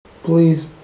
Please